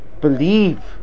believe